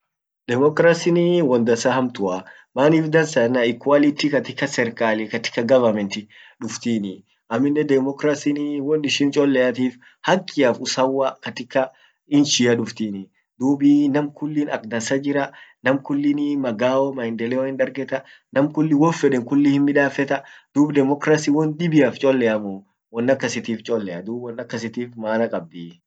demokrasin won dansa hamtua, manif dansa ennan equality katika serkalia katika governmneti duftni amminen demokrasin won sihin cholleatif hakiaf usawwa katika inchia duftinii, dub namkulliin ak dansa jiraa, namkullin magao maendeleoa hindargeta, namkulli won fedenkulli him midaffeta dub democrasin wondibiaf cholleamuu won akasitif chollea dub won akasitif maana kabdii.